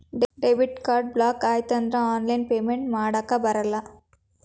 debit card block ಆಯ್ತಂದ್ರ online payment ಮಾಡಾಕಬರಲ್ಲ